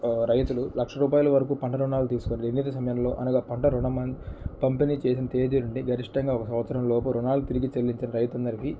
రైతులు లక్ష రూపాయలు వరకు పంట రుణాలు తీసుకుని నిర్ణీత సమయాల్లో అనగా పంట రుణమ పంపిణీ చేసిన తేదీ నుండి గరిష్టంగా ఒక సంవత్సరం లోపు రుణాలు తిరిగి చెల్లించిన రైతులందరికీ